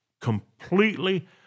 completely